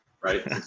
right